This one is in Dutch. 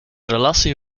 relatie